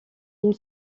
une